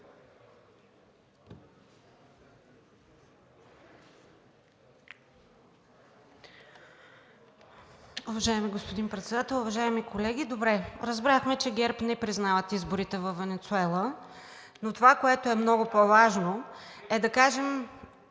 Уважаеми господин Председател, уважаеми колеги! Добре, разбрахме, че ГЕРБ не признават изборите във Венецуела, но това, което е много по-важно… АЛЕКСАНДЪР